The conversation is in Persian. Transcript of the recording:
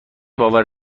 باور